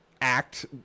Act